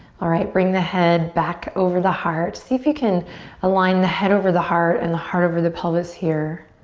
alright, bring the head back over the heart. see if you can align the head over the heart and the heart over the pelvis here.